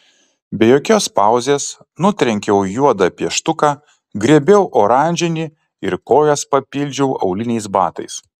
be jokios pauzės nutrenkiau juodą pieštuką griebiau oranžinį ir kojas papildžiau auliniais batais